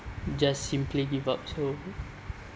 just simply give up so